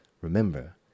Remember